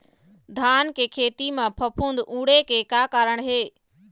धान के खेती म फफूंद उड़े के का कारण हे?